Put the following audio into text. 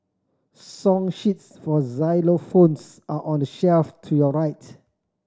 song sheets for xylophones are on the shelf to your rights